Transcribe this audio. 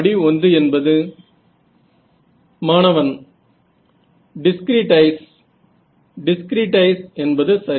படி 1 என்பது மாணவன் டிஸ்க்ரீடைஸ் டிஸ்க்ரீடைஸ் என்பது சரி